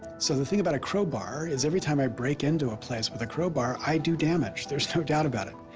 so the thing about a crowbar is everytime i brake into a place with a crowbar i do damage, there's no doubt about it